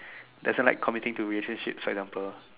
doesn't like committing to relationships for example